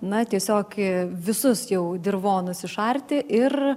na tiesiog visus jau dirvonus išarti ir